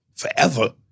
forever